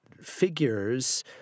figures